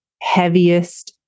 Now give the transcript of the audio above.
heaviest